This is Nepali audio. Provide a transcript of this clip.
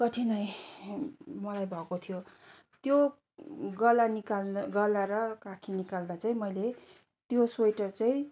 कठिनाई मलाई भएको थियो त्यो गला निकाल्दा गला र काखी निकाल्दा चाहिँ मैले त्यो स्वेटर चाहिँ